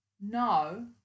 No